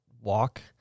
walk